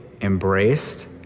embraced